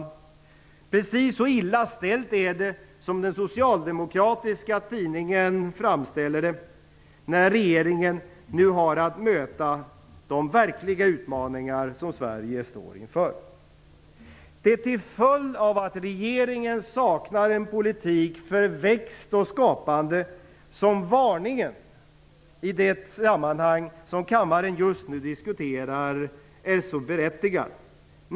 Det är precis så illa ställt som den socialdemokratiska tidningen framställer det som när regeringen nu har att möta de verkliga utmaningar som Sverige står inför. Det är till följd av att regeringen saknar en politik för växt och skapande som varningen i det sammanhang som kammaren just nu diskuterar är så berättigad.